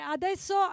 adesso